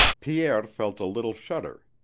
pierre felt a little shudder.